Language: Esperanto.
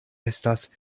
estas